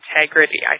integrity